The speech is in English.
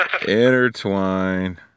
Intertwine